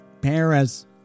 Paris